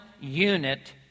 unit